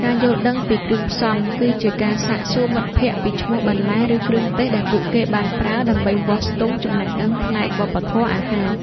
ការយល់ដឹងពីគ្រឿងផ្សំ គឺជាការសាកសួរមិត្តភក្តិពីឈ្មោះបន្លែ ឬគ្រឿងទេសដែលពួកគេបានប្រើ ដើម្បីវាស់ស្ទង់ចំណេះដឹងផ្នែកវប្បធម៌អាហារ។